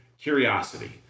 curiosity